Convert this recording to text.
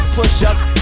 Push-ups